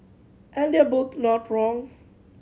and they're both not wrong